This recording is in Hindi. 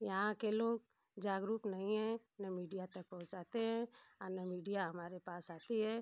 यहाँ के लोग जागरूक नही हैं ना मीडिया तक पहुँचाते हैं और न मीडिया हमारे पास आती है